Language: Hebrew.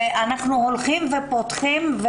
אנחנו הולכים ופותחים,